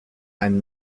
ein